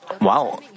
Wow